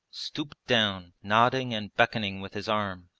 stooped down, nodding and beckoning with his arm.